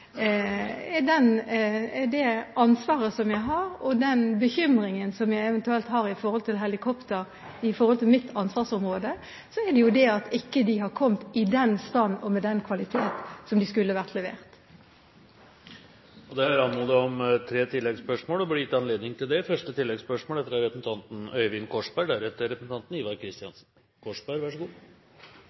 er veldig opptatt av de helikoptrene vi selv skal ha, som ikke har kommet innen den tiden vi har besluttet. Det ansvaret og den bekymringen jeg eventuelt har i forbindelse med helikoptre når det gjelder mitt ansvarsområde, er at de ikke har kommet i den stand og med den kvalitet som de skulle vært. Det er anmodet om tre oppfølgingsspørsmål, og det blir gitt anledning til det – først Øyvind Korsberg.